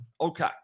Okay